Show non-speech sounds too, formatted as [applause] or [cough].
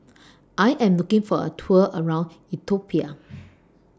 I Am looking For A Tour around Ethiopia [noise]